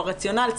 ברציונל,